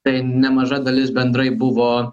tai nemaža dalis bendrai buvo